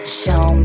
show